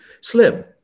slim